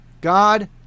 God